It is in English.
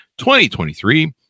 2023